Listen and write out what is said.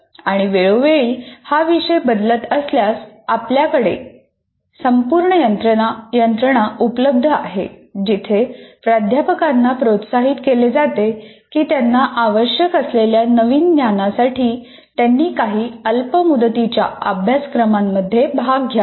आणि वेळोवेळी हा विषय बदलत असल्यास आमच्याकडे संपूर्ण यंत्रणा उपलब्ध आहे जिथे प्राध्यापकांना प्रोत्साहित केले जाते की त्यांना आवश्यक असलेल्या नवीन ज्ञानासाठी त्यांनी काही अल्प मुदतीच्या अभ्यासक्रमांमध्ये भाग घ्यावा